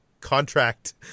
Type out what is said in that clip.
contract